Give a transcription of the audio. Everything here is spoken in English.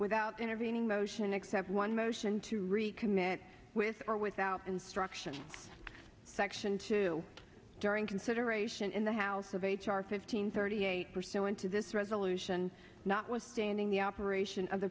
without intervening motion except one motion to recommit with or without instruction section two during consideration in the house of h r fifteen thirty eight percent to this resolution not withstanding the operation of the